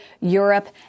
Europe